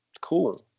cool